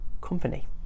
company